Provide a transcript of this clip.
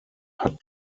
hat